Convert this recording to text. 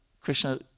Krishna